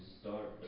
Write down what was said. start